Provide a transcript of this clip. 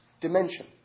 dimension